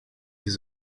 his